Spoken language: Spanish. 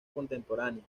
contemporánea